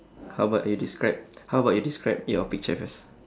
how about you describe how about you describe your picture first